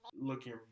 looking